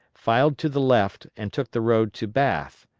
filed to the left, and took the road to bath.